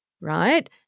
right